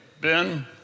Ben